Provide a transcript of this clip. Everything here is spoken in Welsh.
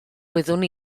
wyddwn